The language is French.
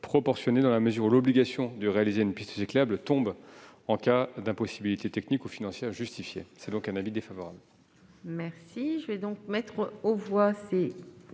proportionnée dans la mesure où l'obligation de réaliser une piste cyclable tombe en cas d'impossibilité technique ou financière justifiée. Le Gouvernement est donc défavorable